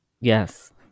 Yes